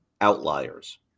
outliers